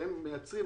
שהם מייצרים,